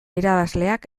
irabazleak